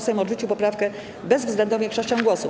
Sejm odrzucił poprawkę bezwzględną większością głosów.